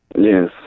Yes